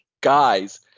guys